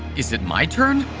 is it my turn?